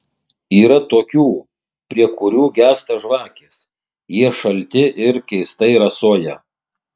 yra tokių prie kurių gęsta žvakės jie šalti ir keistai rasoja